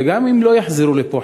וגם אם לא יחזרו לפה,